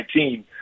2019